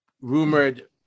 rumored